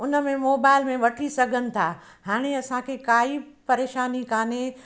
उन में मोबाइल में वठी सघनि था हाणे असांखे काई परेशानी कोन्हे